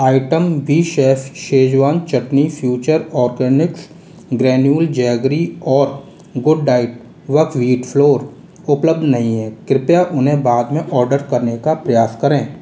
item बीशेफ़ schezwan chutney future organics granular jaggery और good diet buckwheat flour उपलब्ध नहीं है कृपया उन्हें बाद में ऑर्डर करने का प्रयास करें